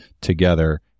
together